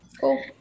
cool